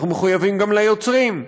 אנחנו מחויבים גם ליוצרים,